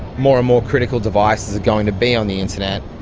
more and more critical devices are going to be on the internet,